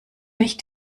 nicht